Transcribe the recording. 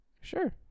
Sure